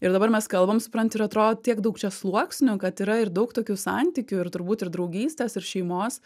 ir dabar mes kalbam supranti ir atrodo tiek daug čia sluoksnių kad yra ir daug tokių santykių ir turbūt ir draugystės ir šeimos